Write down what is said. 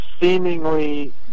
seemingly